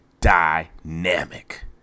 dynamic